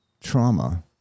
trauma